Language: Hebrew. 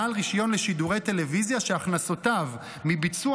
בעל רישיון לשידורי טלוויזיה שהכנסותיו מביצוע